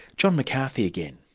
john mccarthy again.